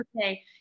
okay